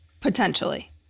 Potentially